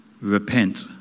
Repent